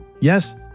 yes